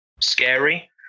scary